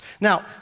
Now